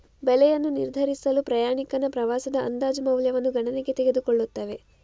ಬೆಲೆಯನ್ನು ನಿರ್ಧರಿಸಲು ಪ್ರಯಾಣಿಕನ ಪ್ರವಾಸದ ಅಂದಾಜು ಮೌಲ್ಯವನ್ನು ಗಣನೆಗೆ ತೆಗೆದುಕೊಳ್ಳುತ್ತವೆ